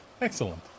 Excellent